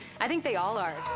i think they all are.